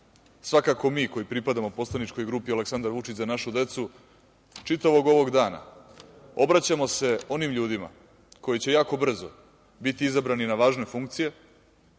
mi koji pripadamo poslaničkoj grupi Aleksandar Vučić - Za našu decu, čitavog ovog dana obraćamo se onim ljudima koji će jako brzo biti izabrani na važne funkcije